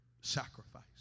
sacrifice